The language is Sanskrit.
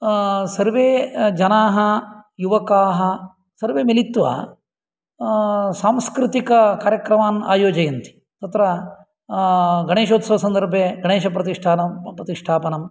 सर्वे जनाः युवकाः सर्वे मिलित्वा सांस्कृतिककार्यक्रमान् आयोजयन्ति तत्र गणेशोत्सवसन्दर्भे गणेशप्रतिष्ठां प्रतिष्ठापनं